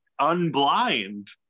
unblind